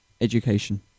education